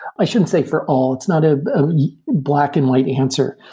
i shouldn't say for all. it's not a black-and-white answer.